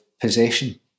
possession